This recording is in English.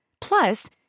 Plus